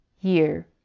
year